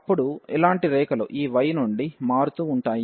ఇప్పుడు అలాంటి రేఖలు ఈ y నుండి మారుతూ ఉంటాయి